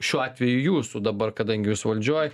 šiuo atveju jūsų dabar kadangi jūs valdžioj